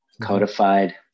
codified